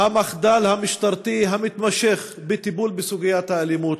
המחדל המשטרתי המתמשך בטיפול בסוגיית האלימות.